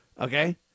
Okay